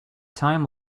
time